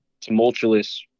tumultuous